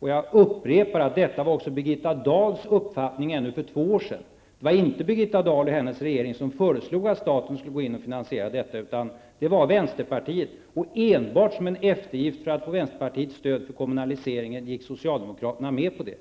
Jag upprepar att detta var också Birgitta Dahls uppfattning ännu för två år sedan. Det var inte Birgitta Dahl och den socialdemokratiska regeringen som föreslog att staten skulle gå in och finansiera upprustningsarbetet, utan det var vänsterpartiet, och enbart som en eftergift för att få vänsterpartiets stöd för kommunaliseringen gick socialdemokraterna med på detta.